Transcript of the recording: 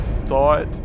thought